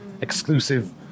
exclusive